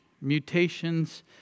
Mutations